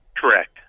Correct